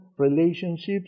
relationships